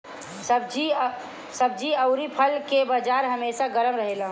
सब्जी अउरी फल के बाजार हमेशा गरम रहेला